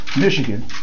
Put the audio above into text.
Michigan